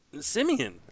Simeon